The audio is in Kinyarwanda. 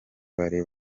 bari